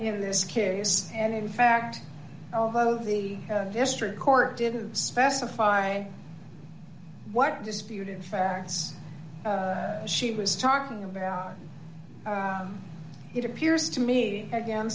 in this case and in fact although the district court didn't specify what disputed facts she was talking about it appears to me again